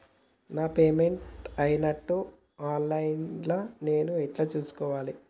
నా పేమెంట్ అయినట్టు online లా నేను ఎట్ల చూస్కోవాలే?